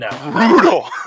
Brutal